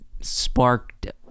sparked